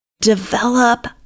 develop